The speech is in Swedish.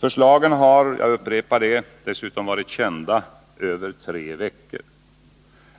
Förslagen har — jag upprepar det — dessutom varit kända i över tre veckor.